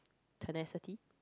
tenacity